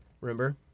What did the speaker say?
Remember